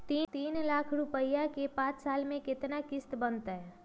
तीन लाख रुपया के पाँच साल के केतना किस्त बनतै?